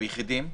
וביחידים?